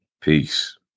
Peace